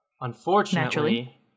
Unfortunately